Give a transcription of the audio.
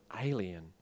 alien